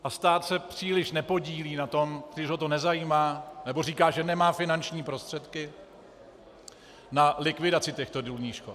A stát se příliš nepodílí na tom, spíš ho to nezajímá nebo říká, že nemá finanční prostředky na likvidaci těchto důlních škod.